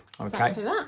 okay